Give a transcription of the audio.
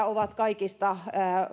ovat kaikista